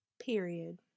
Period